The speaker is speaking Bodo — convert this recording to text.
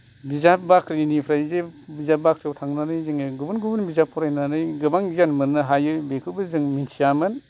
बिजाब बाख्रिनिफ्राय जे बिजाब बाख्रियाव थांनानै जोङो गुबुन गुबुन बिजाब फरायनानै गोबां गियान मोननो हायो बेखौबो जों मिथियामोन